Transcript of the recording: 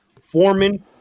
Foreman